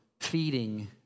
feeding